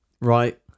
Right